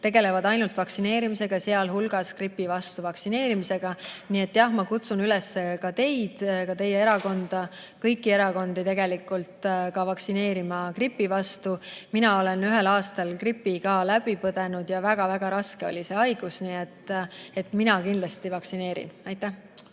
tegelevad ainult vaktsineerimisega, sealhulgas gripi vastu vaktsineerimisega. Nii et ma kutsun üles ka teid, ka teie erakonda, kõiki erakondi vaktsineerima ka gripi vastu. Mina olen ühel aastal gripi läbi põdenud ja väga raske oli see haigus. Mina kindlasti vaktsineerin. Mart